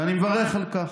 ואני מברך על כך.